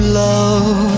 love